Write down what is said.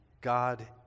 God